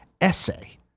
essay